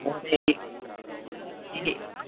महोदय यदि भवद्भिः अहम्